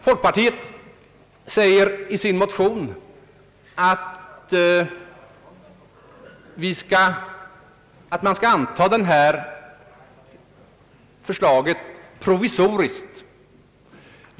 Folkpartiet säger i sin motion att vi bör anta förslaget provisoriskt.